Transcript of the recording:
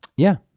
yeah,